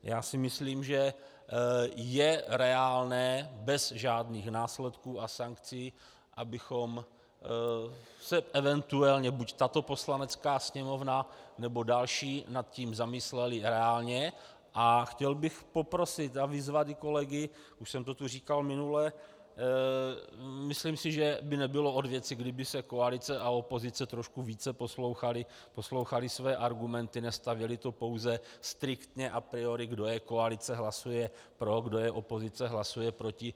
Já si myslím, že je reálné bez nějakých následků a sankcí, abychom se eventuálně, buď tato Poslanecká sněmovna, nebo další, nad tím zamysleli reálně, a chtěl bych poprosit a vyzvat kolegy, už jsem to tu říkal minule myslím si, že by nebylo od věci, kdyby se koalice a opozice trošku více poslouchaly, poslouchaly své argumenty, nestavěly to pouze striktně, a priori kdo je koalice, hlasuje pro, kdo je opozice, hlasuje proti.